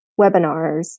webinars